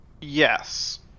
yes